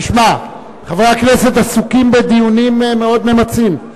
תשמע, חברי הכנסת עסוקים בדיונים מאוד ממצים.